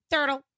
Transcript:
Turtle